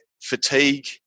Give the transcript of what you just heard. fatigue